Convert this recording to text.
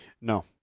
no